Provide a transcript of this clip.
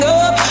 up